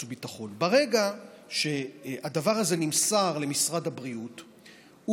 וביטחון: ברגע שהדבר הזה נמסר למשרד הבריאות,